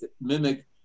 mimic